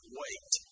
wait